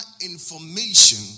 information